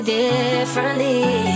differently